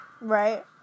right